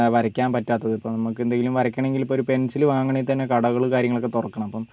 വരയ്ക്കാന് പറ്റാത്തത് ഇപ്പം നമുക്ക് എന്തെങ്കിലും വരയ്ക്കണമെങ്കില് ഇപ്പം ഒരു പെന്സിൽ വാങ്ങണമെങ്കിൽ തന്നെ കടകൾ കാര്യങ്ങളൊക്കെ തുറക്കണം അപ്പം